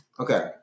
Okay